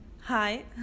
Hi